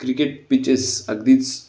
cricket pitches अगदीच